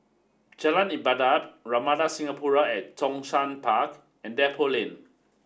Jalan Ibadat Ramada Singapore at Zhongshan Park and Depot Lane